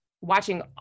watching